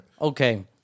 Okay